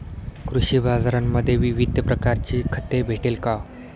कृषी बाजारांमध्ये विविध प्रकारची खते भेटेल का?